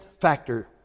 factor